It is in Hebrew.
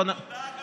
בגלל זה כחלון,